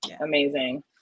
Amazing